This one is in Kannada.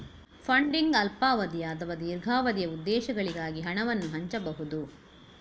ಫಂಡಿಂಗ್ ಅಲ್ಪಾವಧಿಯ ಅಥವಾ ದೀರ್ಘಾವಧಿಯ ಉದ್ದೇಶಗಳಿಗಾಗಿ ಹಣವನ್ನು ಹಂಚಬಹುದು